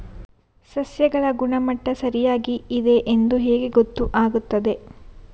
ಸಸ್ಯಗಳ ಗುಣಮಟ್ಟ ಸರಿಯಾಗಿ ಇದೆ ಎಂದು ಹೇಗೆ ಗೊತ್ತು ಆಗುತ್ತದೆ?